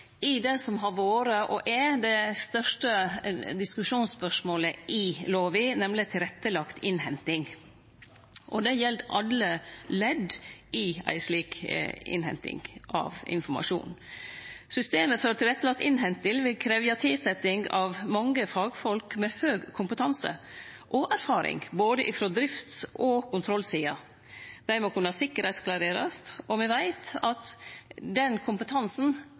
i det som har vore og er det største diskusjonsspørsmålet i lova, nemleg tilrettelagd innhenting. Det gjeld alle ledd i ei slik innhenting av informasjon. Systemet for tilrettelagd innhenting vil krevje tilsetjing av mange fagfolk med høg kompetanse og erfaring både frå driftssida og frå kontrollsida. Dei må kunne sikkerheitsklarerast, og me veit at den kompetansen